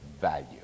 value